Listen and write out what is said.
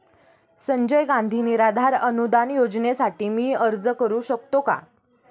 संजय गांधी निराधार अनुदान योजनेसाठी मी अर्ज करू शकतो का?